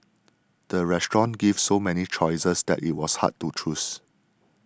the restaurant gave so many choices that it was hard to choose